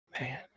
Man